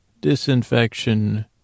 disinfection